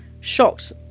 shocked